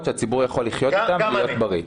שהציבור יכול לחיות איתן ולחיות בריא.